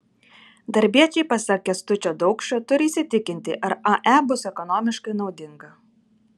darbiečiai pasak kęstučio daukšio turi įsitikinti ar ae bus ekonomiškai naudinga